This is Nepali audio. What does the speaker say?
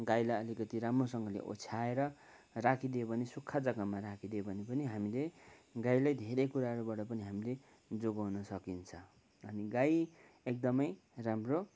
गाईलाई अलिकति राम्रोसँगले ओछ्याएर राखिदियो भने सुक्खा जग्गामा राखिदियो भने पनि हामीले गाईलाई धेरै कुराहरूबाट पनि हामीले जोगाउन सकिन्छ अनि गाई एकदमै राम्रो